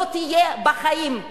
לא תהיה בחיים,